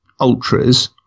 ultras